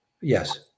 Yes